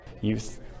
youth